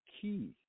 key